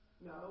No